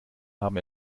haben